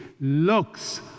looks